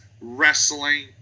wrestling